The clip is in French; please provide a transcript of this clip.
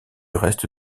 reste